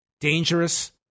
dangerous